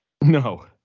No